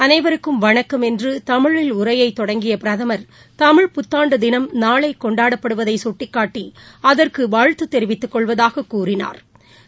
அனைவருக்கும் வணக்கம் என்றுதமிழில் உரையைத் தொடங்கியபிரதமா் தமிழ் புத்தாண்டுதினம் நாளைகொண்டாடப்படுவதைகட்டிக் காட்டிஅதற்குவாழ்த்துதெரிவித்து கொள்வதாகக் கூறினாா்